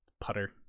putter